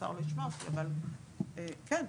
שהאוצר לא ישמע אותי אבל כן,